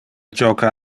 joca